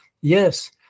Yes